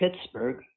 Pittsburgh